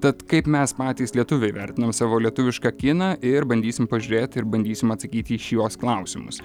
tad kaip mes patys lietuviai vertinam savo lietuvišką kiną ir bandysim pažiūrėti ir bandysim atsakyti į šiuos klausimus